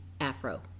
afro